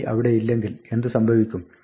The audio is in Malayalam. b അവിടെയില്ലെങ്കിൽ എന്ത് സംഭവിക്കും